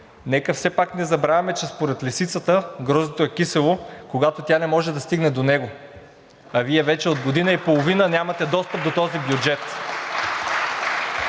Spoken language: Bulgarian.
нека все пак не забравяме, че според лисицата гроздето е кисело, когато тя не може да стигне до него, а Вие вече от година и половина нямате достъп до този бюджет.